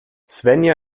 svenja